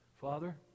Father